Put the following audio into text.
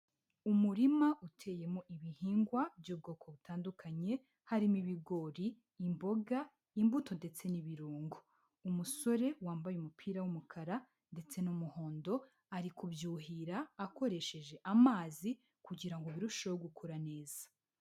Umurima uteyemo ibihingwa by'ubwoko butandukanye harimo: ibigori, imboga, imbuto ndetse n'ibirungo. Umusore wambaye umupira w'umukara ndetse n'umuhondo ari kubyuhira, akoresheje amazi kugira ngo birusheho gukura neza.